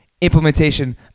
implementation